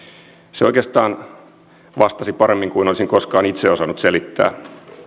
se oikeastaan vastasi paremmin kuin olisin koskaan itse osannut selittää